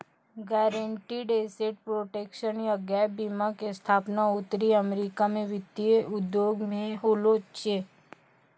guaranteed asset protection या gap बीमा के स्थापना उत्तरी अमेरिका मे वित्तीय उद्योग मे होलो छलै